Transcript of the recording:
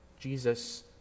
Jesus